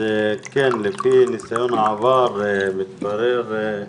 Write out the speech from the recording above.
היום 10 בנובמבר 2021, ו' בכסלו תשפ"ב.